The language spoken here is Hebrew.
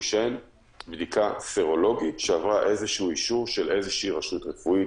הוא שאין בדיקה סרולוגית שעברה איזשהו אישור של איזושהי רשות רפואית,